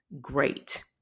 great